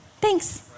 Thanks